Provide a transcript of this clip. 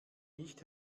nicht